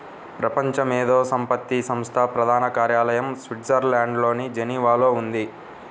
ప్రపంచ మేధో సంపత్తి సంస్థ ప్రధాన కార్యాలయం స్విట్జర్లాండ్లోని జెనీవాలో ఉంది